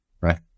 right